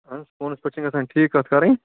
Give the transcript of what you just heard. اَہن حظ فونَس پٮ۪ٹھ چھِنہٕ گَژھان ٹھیٖک کَتھ کَرٕنۍ